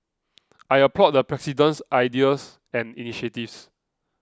I applaud the President's ideas and initiatives